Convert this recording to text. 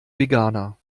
veganer